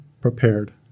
prepared